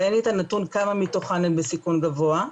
אבל אין לי את הנתון כמה מתוכן הן בסיכון גבוה.